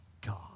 God